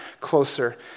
closer